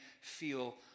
feel